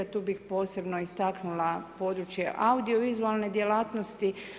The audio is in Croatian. Tu bih posebno istaknula područje audiovizualne djelatnosti.